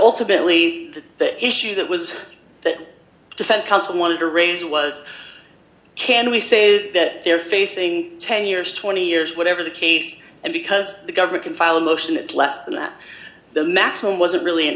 ultimately the issue that was that defense counsel wanted to raise was can we say that they're facing ten years twenty years whatever the case and because the government can file a motion it's less than at the maximum wasn't really an